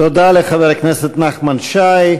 תודה לחבר הכנסת נחמן שי.